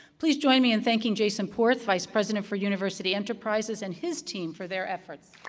please join me in thanking jason porth, vice president for university enterprises, and his team for their efforts.